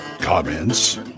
Comments